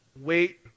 Wait